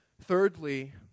Thirdly